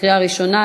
לקריאה ראשונה.